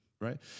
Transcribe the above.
right